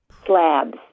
slabs